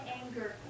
anger